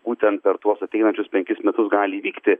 būtent per tuos ateinančius penkis metus gali įvykti